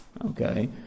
Okay